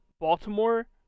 Baltimore